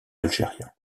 algérien